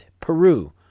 Peru